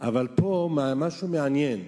אבל יש פה משהו מעניין.